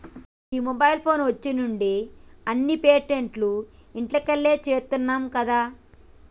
గీ mobile phone వచ్చిన్నుండి అన్ని పేమెంట్లు ఇంట్లకెళ్లే చేత్తున్నం గదా